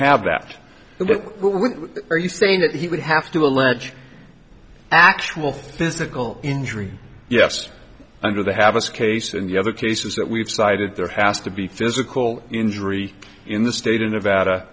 have that are you saying that he would have to allege actual physical injury yes under the habits case and the other cases that we've cited there has to be physical injury in the state of nevada